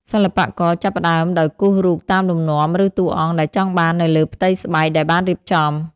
សិល្បករចាប់ផ្តើមដោយគូសរូបតាមលំនាំឬតួអង្គដែលចង់បាននៅលើផ្ទៃស្បែកដែលបានរៀបចំ។